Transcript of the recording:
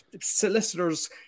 solicitors